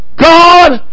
God